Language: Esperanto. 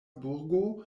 burgo